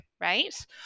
right